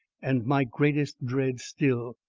and my greatest dread still!